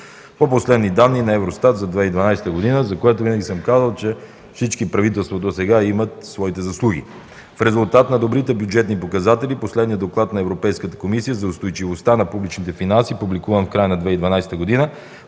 по последни данни на Евростат за 2012 г., за което винаги съм казвал, че всички правителства досега имат своите заслуги. В резултат на добрите бюджетни показатели, последният доклад на Европейската комисия за устойчивостта на публичните финанси, публикуван в края на 2012 г.